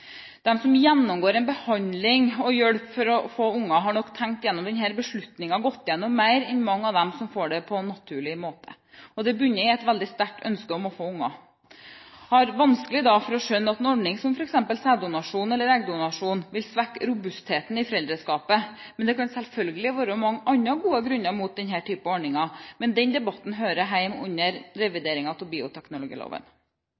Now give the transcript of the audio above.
som gjennomgår en behandling og får hjelp for å få unger, har nok tenkt gjennom denne beslutningen og gått gjennom mer enn mange av dem som får unger på naturlig måte. Det bunner i et veldig sterkt ønske om å få unger. Jeg har vanskelig for å skjønne at en ordning med f.eks. sæddonasjon eller eggdonasjon vil svekke robustheten i foreldreskapet, men det kan selvfølgelig være mange andre gode grunner mot denne typen ordninger. Men den debatten hører hjemme under